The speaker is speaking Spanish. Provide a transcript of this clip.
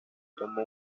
tomó